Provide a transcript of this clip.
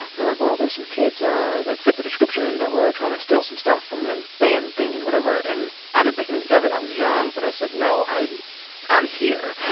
like, well, there's some kids ah that fit the description that were trying to steal some stuff from the band thing and whatever. and i didn't think anything of it. i was young. but i said, no, i i'm here.